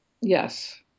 Yes